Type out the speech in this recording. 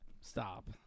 Stop